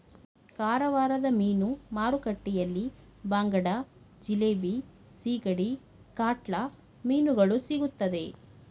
ಕಾರವಾರದ ಮೀನು ಮಾರುಕಟ್ಟೆಯಲ್ಲಿ ಬಾಂಗಡ, ಜಿಲೇಬಿ, ಸಿಗಡಿ, ಕಾಟ್ಲಾ ಮೀನುಗಳು ಸಿಗುತ್ತದೆ